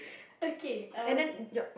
okay um